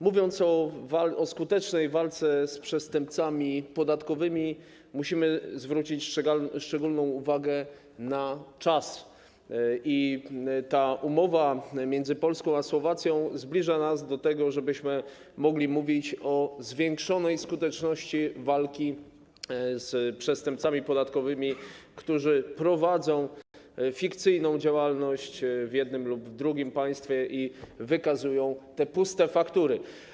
Mówiąc o skutecznej walce z przestępcami podatkowymi, musimy zwrócić szczególną uwagę na czas, i ta umowa między Polską a Słowacją zbliża nas do tego, żebyśmy mogli mówić o zwiększonej skuteczności walki z przestępcami podatkowymi, którzy prowadzą fikcyjną działalność w jednym lub w drugim państwie i wykazują te puste faktury.